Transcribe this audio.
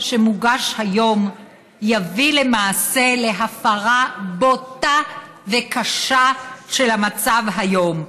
שמוגש היום יביא למעשה להפרה בוטה וקשה של המצב היום.